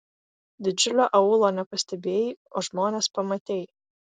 didžiulio aūlo nepastebėjai o žmones pamatei